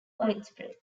widespread